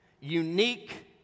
unique